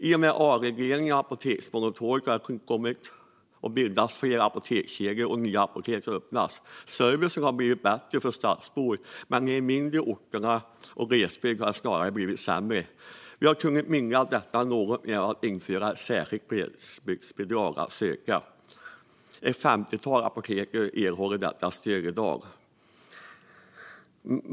I och med avregleringen av apoteksmonopolet har det bildats flera apotekskedjor, och nya apotek har öppnats. Servicen har blivit bättre för stadsbor, men på de mindre orterna och i glesbygd har det snarare blivit sämre. Vi har kunnat mildra detta något genom att införa ett särskilt glesbygdsbidrag som kan sökas. Ett femtiotal apotek erhåller detta stöd i dag.